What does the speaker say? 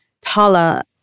Tala